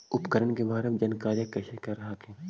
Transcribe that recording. उपकरण के बारे जानकारीया कैसे कर हखिन?